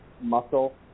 muscle